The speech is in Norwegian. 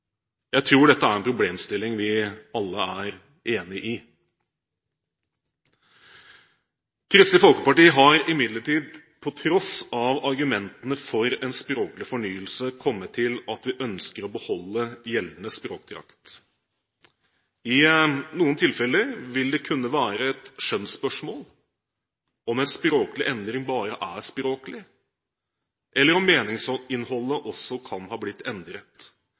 Jeg tror dette er en problemstilling vi alle er enig i. Kristelig Folkeparti har imidlertid – på tross av argumentene for en språklig fornyelse – kommet til at vi ønsker å beholde gjeldende språkdrakt. I noen tilfeller vil det kunne være et skjønnsspørsmål om en språklig endring bare er språklig, eller om meningsinnholdet også kan ha blitt endret,